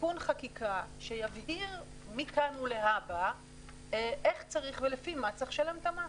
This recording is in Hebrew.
תיקון חקיקה שיגדיר מכאן ולהבא איך צריך ולפי מה צריך לשלם את המס.